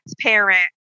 transparent